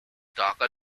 darker